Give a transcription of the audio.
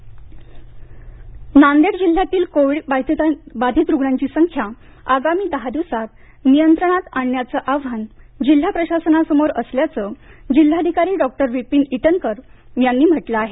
नांदेड स्थिती नांदेड जिल्ह्यातील कोविड बाधीत रूग्णाची संख्या आगामी दहा दिवसात नियंत्रणात आणण्याचं आव्हान जिल्हा प्रशासना समोर असल्याचं जिल्हाधिकारी डॉ विपिन ईटनकर यांनी म्हटलं आहे